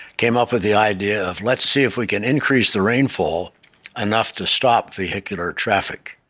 came up with the idea of, let's see if we can increase the rainfall enough to stop vehicular traffic.